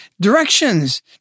directions